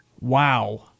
wow